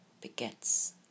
begets